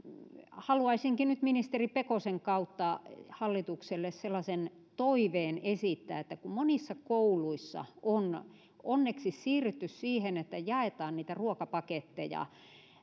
haluaisinkin nyt ministeri pekosen kautta hallitukselle esittää sellaisen toiveen että kun monissa kouluissa on onneksi siirrytty siihen että jaetaan niitä ruokapaketteja